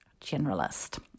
generalist